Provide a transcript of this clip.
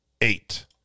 eight